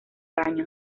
engaño